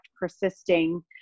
persisting